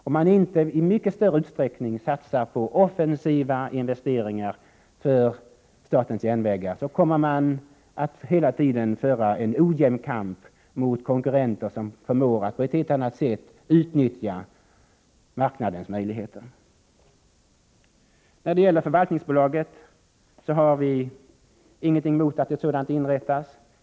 Om man inte i mycket större utsträckning satsar på offensiva investeringar för statens järnvägar, kommer man att hela tiden föra en ojämn kamp mot konkurrenter som förmår att på ett helt annat sätt utnyttja marknadens möjligheter. Vi moderater har inget emot att ett förvaltningsbolag inrättas.